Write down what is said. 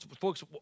folks